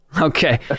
Okay